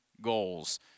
goals